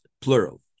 plural